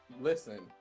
Listen